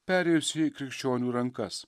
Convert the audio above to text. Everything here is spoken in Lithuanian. perėjusi į krikščionių rankas